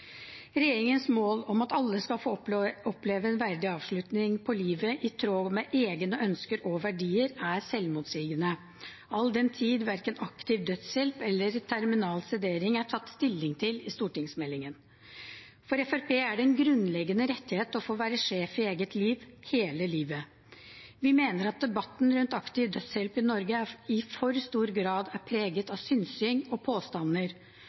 Regjeringens mål om at alle skal få oppleve en verdig avslutning på livet i tråd med egne ønsker og verdier, er selvmotsigende, all den tid verken aktiv dødshjelp eller terminal sedering er tatt stilling til i stortingsmeldingen. For Fremskrittspartiet er det en grunnleggende rettighet å få være sjef i eget liv, hele livet. Vi mener at debatten rundt aktiv dødshjelp i Norge i for stor grad er preget av synsing og påstander,